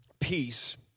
peace